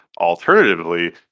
Alternatively